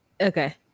okay